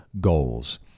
goals